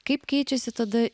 kaip keičiasi tada